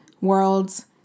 worlds